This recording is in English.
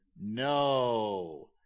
No